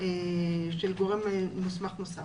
של גורם מוסמך נוסף.